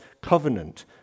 covenant